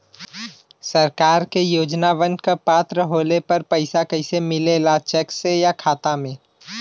सरकार के योजनावन क पात्र होले पर पैसा कइसे मिले ला चेक से या खाता मे?